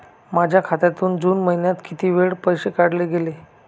माझ्या खात्यातून जून महिन्यात किती वेळा पैसे काढले गेले?